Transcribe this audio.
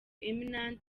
eminante